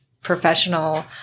professional